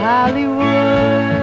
Hollywood